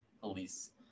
police